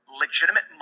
legitimate